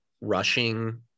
rushing